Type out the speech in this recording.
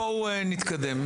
בואו נתקדם.